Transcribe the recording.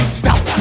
stop